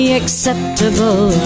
acceptable